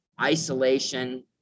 isolation